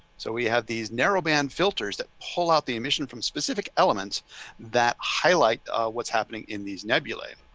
so we have these narrowband filters that pull out the emission from specific elements that highlight what's happening in these nebulae.